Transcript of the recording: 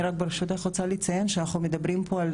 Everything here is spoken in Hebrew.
אני רק רוצה לציין שאנחנו מדברים פה על